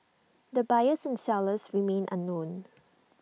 the buyers and sellers remain unknown